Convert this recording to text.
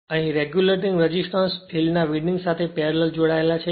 અહીં regulating resistance field ના વિન્ડિંગની સાથે પેરેલલ જોડાયેલા છે